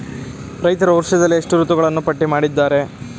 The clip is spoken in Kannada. ರೈತರು ವರ್ಷದಲ್ಲಿ ಎಷ್ಟು ಋತುಗಳನ್ನು ಪಟ್ಟಿ ಮಾಡಿದ್ದಾರೆ?